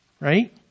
Right